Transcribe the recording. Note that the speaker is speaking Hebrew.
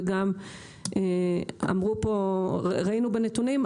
וגם ראינו בנתונים,